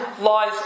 lies